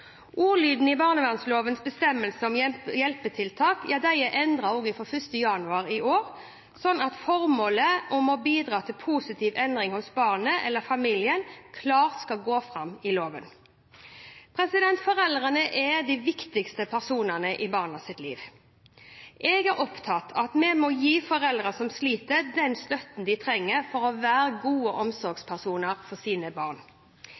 Ordlyden i barnevernlovens bestemmelse om hjelpetiltak er endret fra 1. januar i år, slik at formålet om å bidra til positiv endring hos barnet eller familien skal gå klart fram av loven. Foreldrene er de viktigste personene i barns liv. Jeg er opptatt av at vi må gi foreldre som sliter, den støtten de trenger for å være gode omsorgspersoner for sine barn.